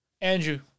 Andrew